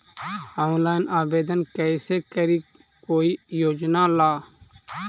Online आवेदन कैसे करी कोई योजना ला?